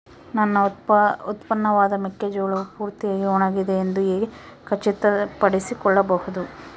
ನನ್ನ ಉತ್ಪನ್ನವಾದ ಮೆಕ್ಕೆಜೋಳವು ಪೂರ್ತಿಯಾಗಿ ಒಣಗಿದೆ ಎಂದು ಹೇಗೆ ಖಚಿತಪಡಿಸಿಕೊಳ್ಳಬಹುದು?